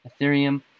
Ethereum